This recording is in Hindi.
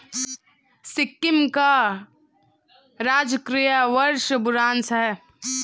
सिक्किम का राजकीय वृक्ष बुरांश है